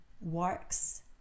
works